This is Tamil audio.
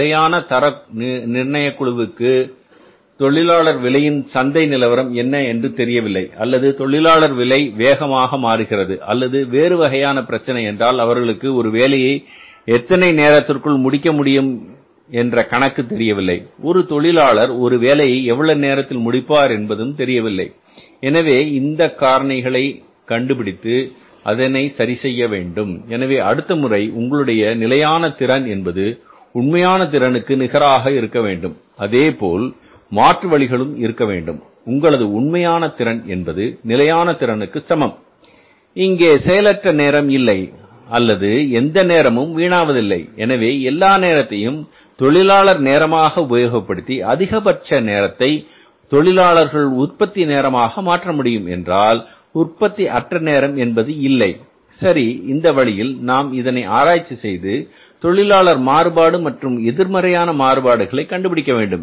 நிலையான தர நிர்ணயக்குழுக்கு தொழிலாளர் விலையின் சந்தை நிலவரம் என்ன என்று தெரியவில்லை அல்லது தொழிலாளர் விலை வேகமாக மாறுகிறது அல்லது வேறு வகையான பிரச்சனை என்றால் அவர்களுக்கு ஒரு வேலையை எத்தனை நேரத்திற்குள் முடிக்க முடியும் என்ற கணக்கு தெரியவில்லை ஒரு தொழிலாளர் ஒரு வேலையை எவ்வளவு நேரத்தில் முடிப்பார் என்பதும் தெரியவில்லை எனவே இந்தக் காரணிகளை கண்டு பிடித்து அதை சரி செய்ய வேண்டும் எனவே அடுத்த முறை உங்களுடைய நிலையான திறன் என்பது உண்மையான திறனுக்கு நிகராக இருக்க வேண்டும் அதேபோல் மாற்று வழிகளும் இருக்க வேண்டும் உங்களது உண்மையான திறன் என்பது நிலையான திறனுக்கு சமம் இங்கே செயலற்ற நேரம் இல்லை அல்லது எந்த நேரமும் வீணாவதில்லை எனவே எல்லா நேரத்தையும் தொழிலாளர் நேரமாக உபயோகப்படுத்தி அதிகபட்ச நேரத்தை தொழிலாளர் உற்பத்தி நேரமாக மாற்றமுடியும் என்றால் உற்பத்தி அற்ற நேரம் என்பது இல்லை சரி இந்த வழியில் நாம் இதனை ஆராய்ச்சி செய்து தொழிலாளர் மாறுபாடு மற்றும் எதிர்மறையான மாறுபாடுகளை கண்டுபிடிக்க வேண்டும்